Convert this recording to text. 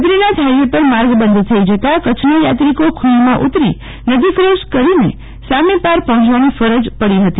Badrinath highway પર માર્ગ બંધ થઈ જતાં કચ્છના યાત્રિકો ખોણમાં ઉતરી નદો ક્રોસ કરીને સામે પાર પહોંચવાની ફરજ પડી હતી